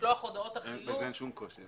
משלוח הודעות החיוב --- בזה אין שום קושי.